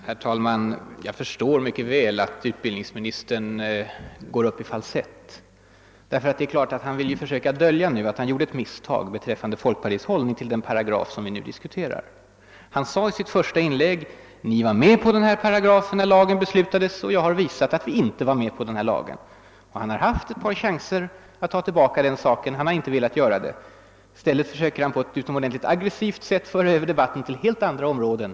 Herr talman! Jag förstår mycket väl att utbildningsministern går upp i falsett. Det är givet att han nu vill försöka dölja att han gjorde ett misstag beträffande folkpartiets hållning till den paragraf som vi diskuterar. Han sade i sitt första inlägg att vi var med på den här paragrafen när lagen beslutades — men jag har visat att vi inte var med på den. Han har haft ett par chanser att ta tillbaka sitt påstående, men har inte velat göra det. I stället försöker han på ett utomordentligt aggressivt sätt föra över debatten till helt andra områden.